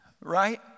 Right